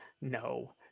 No